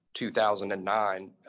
2009